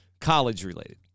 College-related